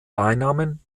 beinamen